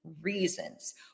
reasons